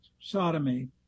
sodomy